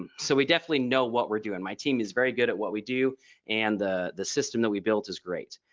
and so we definitely know what we're doing. my team is very good at what we do and the the system that we built is great.